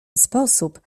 sposób